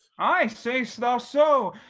aye, say'st thou so,